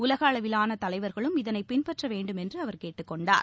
உலக அளவிலான தலைவர்களும் இதனை பின்பற்ற வேண்டும் என்று அவர் கேட்டுக்கொண்டார்